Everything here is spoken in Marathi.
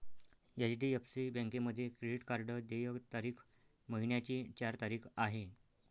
एच.डी.एफ.सी बँकेमध्ये क्रेडिट कार्ड देय तारीख महिन्याची चार तारीख आहे